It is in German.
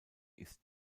ist